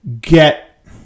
get